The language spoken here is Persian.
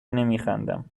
نمیخندم